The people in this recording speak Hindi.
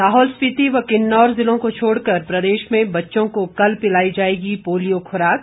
लाहौल स्पीति व किन्नौर जिलों को छोड़कर प्रदेश में बच्चों को कल पिलाई जाएगी पोलियो खुराक